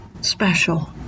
special